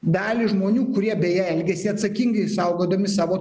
dalį žmonių kurie beje elgiasi atsakingai saugodami savo